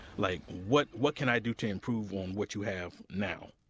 like what what can i do to improve on what you have now?